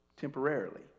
temporarily